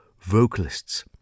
vocalists